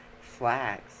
flags